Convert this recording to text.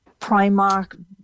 Primark